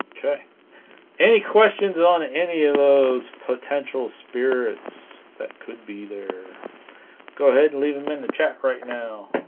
okay any questions on any of those potential spirits that could be there go ahead and leave them in the chat right now